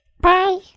Bye